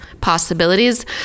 possibilities